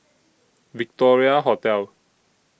Victoria Hotel